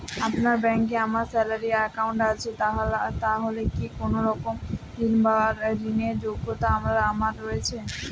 আপনার ব্যাংকে আমার স্যালারি অ্যাকাউন্ট আছে তাহলে কি কোনরকম ঋণ র যোগ্যতা আমার রয়েছে?